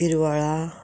पिरवळा